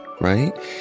right